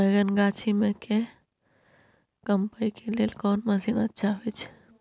बैंगन गाछी में के कमबै के लेल कोन मसीन अच्छा होय छै?